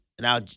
now